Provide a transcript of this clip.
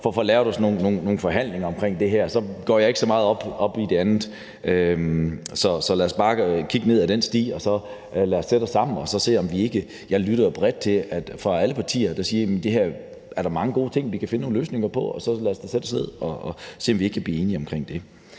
får sat os ned ved nogle forhandlinger om det her, og så går jeg ikke så meget op i det andet. Så lad os bare kigge ned ad den sti. Lad os sætte os sammen og se på det. Jeg lytter bredt til alle partier, der siger, at der er mange gode ting i det, og at vi kan finde nogle løsninger på det. Så lad os da sætte os ned og se, om vi ikke kan blive enige om det.